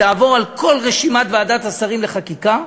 תעבור על כל רשימת ועדת השרים לחקיקה,